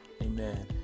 amen